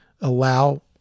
allow